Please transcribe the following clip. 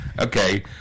Okay